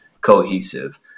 cohesive